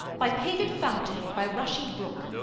by paved fountain, or by rushy brook,